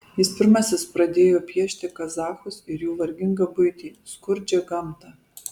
jis pirmasis pradėjo piešti kazachus ir jų vargingą buitį skurdžią gamtą